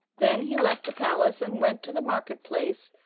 then he left the palace and went to the market-place,